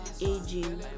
aging